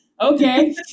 Okay